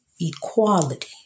equality